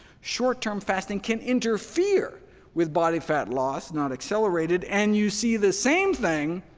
short-term fasting can interfere with body fat loss, not accelerate it, and you see the same thing,